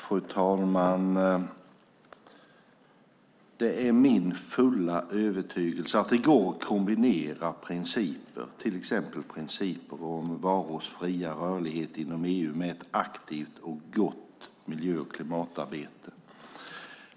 Fru talman! Det är min fulla övertygelse att det går att kombinera principer, till exempel principen om varors fria rörlighet inom EU och ett gott miljö och klimatarbete.